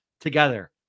together